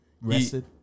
rested